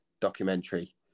documentary